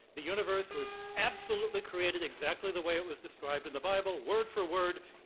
the universe was absolutely created exactly the way it was described in the bible, word for word.